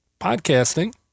podcasting